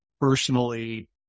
personally